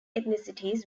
ethnicities